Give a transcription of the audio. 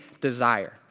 desire